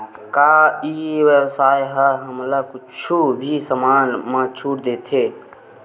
का ई व्यवसाय ह हमला कुछु भी समान मा छुट देथे?